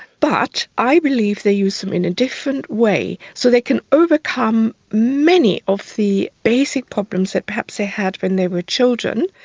but i believe they use them in a different way. so they can overcome many of the basic problems that perhaps they had when they were children.